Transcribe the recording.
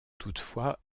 toutefois